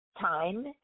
time